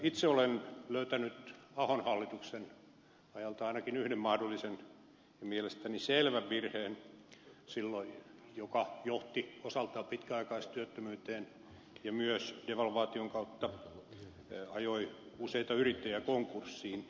itse olen löytänyt ahon hallituksen ajalta ainakin yhden mahdollisen ja mielestäni selvän virheen joka johti osaltaan pitkäaikaistyöttömyyteen ja myös devalvaation kautta ajoi useita yrittäjiä konkurssiin